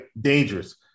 Dangerous